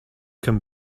can